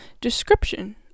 description